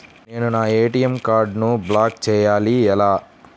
నేను నా ఏ.టీ.ఎం కార్డ్ను బ్లాక్ చేయాలి ఎలా?